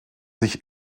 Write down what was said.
sich